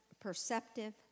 perceptive